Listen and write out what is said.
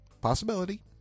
Possibility